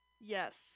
yes